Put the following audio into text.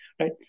right